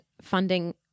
funding